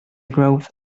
growth